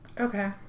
Okay